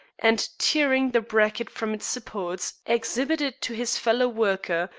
and, tearing the bracket from its supports, exhibit it to his fellow-worker,